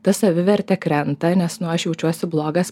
ta savivertė krenta nes nu aš jaučiuosi blogas